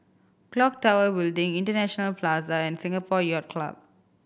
Clock Tower Building International Plaza and Singapore Yacht Club